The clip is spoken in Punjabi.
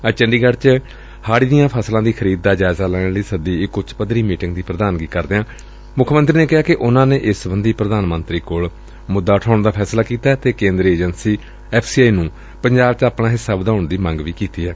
ਅੱਜ ਚੰਡੀਗੜ ਚ ਹਾੜੀ ਦੀਆਂ ਫਸਲਾਂ ਦੀ ਖਰੀਦ ਦਾ ਜਾਇਜ਼ਾ ਲੈਣ ਲਈ ਸੱਦੀ ਉੱਚ ਪੱਧਰੀ ਮੀਟਿੰਗ ਦੀ ਪ੍ਰਧਾਨਗੀ ਕਰਦਿਆਂ ਮੁੱਖ ਮੰਤਰੀ ਨੇ ਕਿਹਾ ਕਿ ਉਨਾਂ ਨੇ ਏਸ ਸਬੰਧੀ ਪ੍ਰਧਾਨ ਮੰਤਰੀ ਕੋਲ ਮੁੱਦਾ ਉਠਾਉਣ ਦਾ ਫੈਸਲਾ ਕੀਤੈ ਅਤੇ ਕੇਦਰੀ ਏਜੰਸੀ ਐਫ਼ ਸੀ ਆਈ ਨੂੰ ਪੰਜਾਬ ਚ ਆਪਣਾ ਹਿੱਸਾ ਵਧਾਉਣ ਦੀ ਮੰਗ ਕੀਤੀ ਏ